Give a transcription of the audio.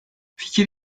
fikir